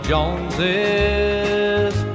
Joneses